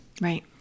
Right